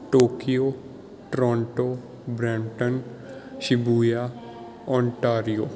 Tokyo Toronto Brampton Shibuya Ontario